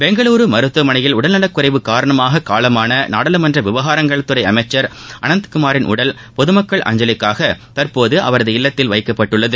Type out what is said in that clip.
பெங்களூரு மருத்துவமனையில் உடல்நலக்குறைவு காரணமாக காலமான நாடாளுமன்ற விவகாரங்கள் துறை அமைச்சர் அனந்தகுமாரில் உடல் பொதுமக்கள் அஞ்சலிக்காக தற்போது அவரது இல்லத்தில் வைக்கப்பட்டுள்ளது